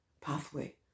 pathway